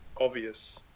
obvious